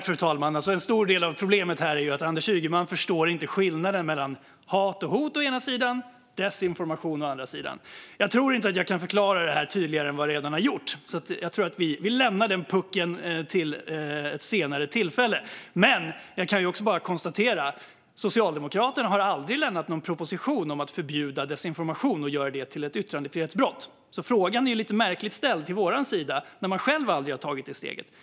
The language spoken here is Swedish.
Fru talman! En stor del av problemet här är att Anders Ygeman inte förstår skillnaden mellan å ena sidan hat och hot och å andra sidan desinformation. Jag tror inte att jag kan förklara detta tydligare än jag redan har gjort, så jag tror att vi får lämna den pucken till ett senare tillfälle. Jag kan dock konstatera att Socialdemokraterna aldrig har lämnat någon proposition om att förbjuda desinformation och göra det till ett yttrandefrihetsbrott. Det är alltså lite märkligt att ställa frågan till vår sida när man själv aldrig har tagit det steget.